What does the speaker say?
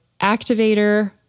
Activator